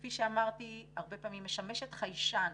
כפי שאמרתי, הרבה פעמים משמשת חיישן.